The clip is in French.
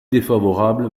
défavorable